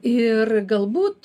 ir galbūt